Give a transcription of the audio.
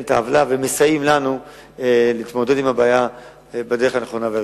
את העוולה ומסייעים לנו להתמודד עם הבעיה בדרך הנכונה.